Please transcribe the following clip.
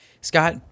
Scott